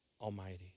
Almighty